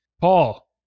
Paul